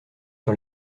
sur